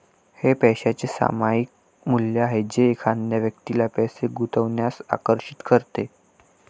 हे पैशाचे सामायिक मूल्य आहे जे एखाद्या व्यक्तीला पैसे गुंतवण्यास आकर्षित करते